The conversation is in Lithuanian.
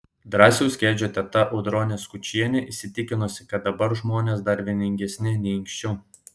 drąsiaus kedžio teta audronė skučienė įsitikinusi kad dabar žmonės dar vieningesni nei anksčiau